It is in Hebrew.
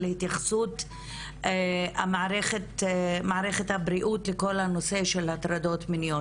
התייחסות מערכת הבריאות לכל הנושא של הטרדות מיניות.